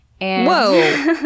Whoa